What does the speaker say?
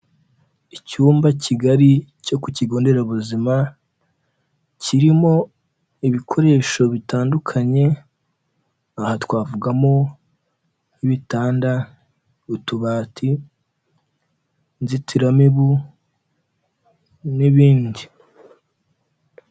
Icyumba kigari cyo ku kigo nderabuzima kirimo ibikoresho bitandukanye, aha twavugamo nk'ibitanda, utubati, inzitiramibu n'ibindi.